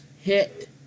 hit